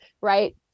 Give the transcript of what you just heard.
right